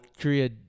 Korea